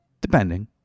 Depending